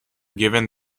given